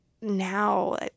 now